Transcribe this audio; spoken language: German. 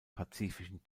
pazifischen